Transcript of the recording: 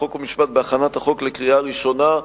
חוק ומשפט בהכנת החוק לקריאה ראשונה,